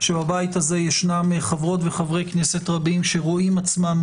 שבבית הזה ישנם חברות וחברי כנסת רבים שרואים עצמם